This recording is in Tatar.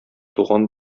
туган